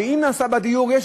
ואם נעשה בדיור, יש